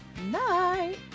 Night